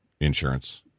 insurance